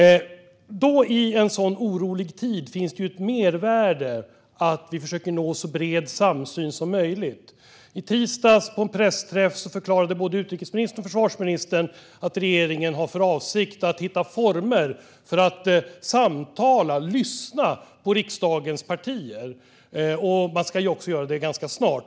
I en så orolig tid finns det ju ett mervärde i att försöka nå en så bred samsyn som möjligt. På en pressträff i tisdags förklarade både utrikesministern och försvarsministern att regeringen har för avsikt att hitta former för att samtala med och lyssna på riksdagens partier och att man ska göra det ganska snart.